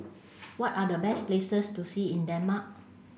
what are the best places to see in Denmark